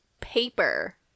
paper